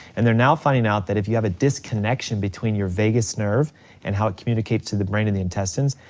and they're now finding out that if you have a disconnection between your vagus nerve and how it communicates to the brain and the intestines,